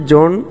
John